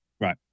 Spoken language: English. Right